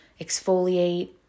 exfoliate